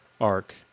arc